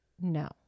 no